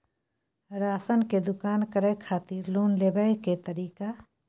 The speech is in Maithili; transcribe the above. राशन के दुकान करै खातिर लोन लेबै के तरीका?